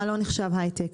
מה לא נחשב היי-טק,